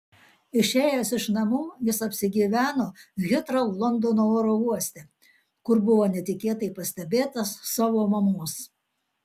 išėjęs iš namų jis apsigyveno hitrou londono oro uoste kur buvo netikėtai pastebėtas savo mamos